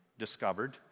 Discovered